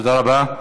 תודה רבה.